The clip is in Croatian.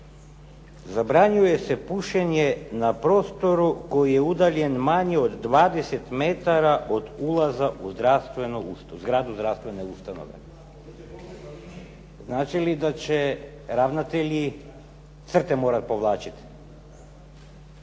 Znači li da će ravnatelji crte morati povlačiti?